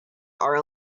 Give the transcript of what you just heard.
are